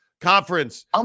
conference